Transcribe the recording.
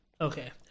Okay